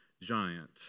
giant